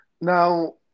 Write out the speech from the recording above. now